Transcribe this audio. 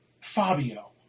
Fabio